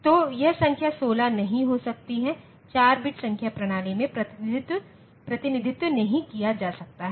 तो यह संख्या 16 नहीं हो सकती है 4 बिट संख्या प्रणाली में प्रतिनिधित्व नहीं किया जा सकता है